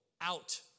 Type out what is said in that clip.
out